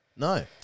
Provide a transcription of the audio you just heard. No